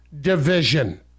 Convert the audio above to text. Division